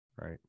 right